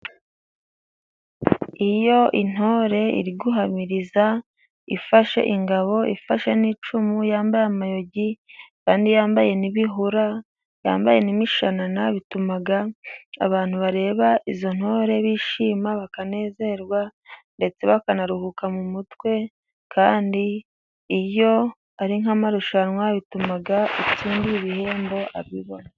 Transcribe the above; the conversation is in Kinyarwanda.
Iyo intore iriguhamiriza ifashe ingabo ifashe n'icumu yambaye amayogi, kandi yambaye n'ibihura, yambaye n'imishanana bituma abantu bareba izo ntore bishima bakanezerwa ndetse bakanaruhuka mu mutwe kandi iyo ari nk'amarushanwa bituma utsindiye ibihembo abibona.